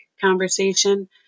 conversation